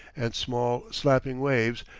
and small, slapping waves,